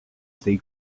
stay